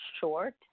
short